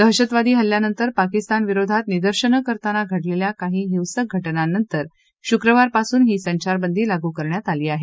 दहशतवादी हल्ल्यानंतर पाकिस्तानविरोधात निदर्शनं करताना घडलेल्या काही हिसक घ ञांनंतर शुक्रवारपासून ही संचारबंदी लागू करण्यात आली आहे